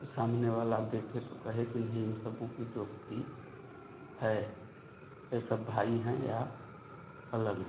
सामने वाला देखे तो कहे कि नहीं इन सबों की दोस्ती है ये सब भाई हैं या अलग हैं